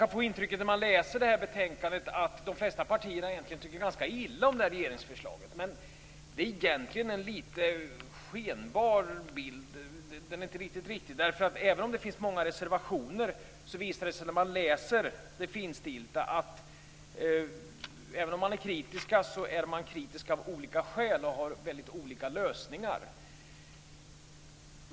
Man kan när man läser det här betänkandet få intrycket att de flesta partier egentligen tycker ganska illa om regeringsförslaget, men det är inte helt riktigt. Även om det finns många reservationer, visar det sig när man läser det finstilta att man är kritisk av olika skäl och har väldigt olika lösningar.